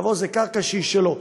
זאת קרקע שלו.